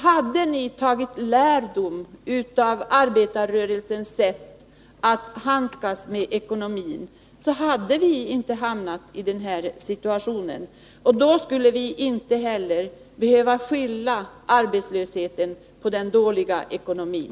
Hade ni tagit lärdom av arbetarrörelsens sätt att handskas med ekonomin, så hade vi inte hamnat i den här situationen. Då skulle vi inte heller behöva skylla arbetslösheten på den dåliga ekonomin.